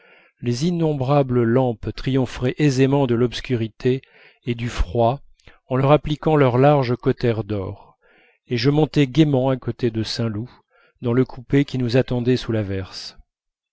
les innombrables lampes triompheraient aisément de l'obscurité et du froid en leur appliquant leurs larges cautères d'or et je montais gaiement à côté de saint loup dans le coupé qui nous attendait sous l'averse